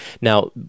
Now